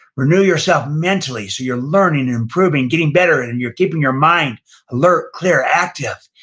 renew yourself mentally so you're learning and improving, getting better, and you're keeping your mind alert, clear, active,